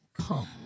come